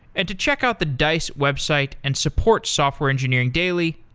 and to check out the dice website and support software engineering daily,